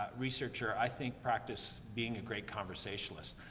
researcher, i think practice being a great conversationalist.